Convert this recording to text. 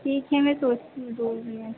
ठीक है मैं सोचती हूँ दो दिन में